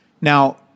Now